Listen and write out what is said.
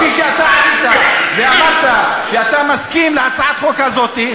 וכפי שעלית ואמרת שאתה מסכים להצעת החוק הזאת,